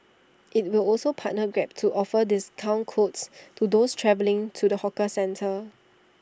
IT will also partner grab to offer discount codes to those travelling to the hawker centre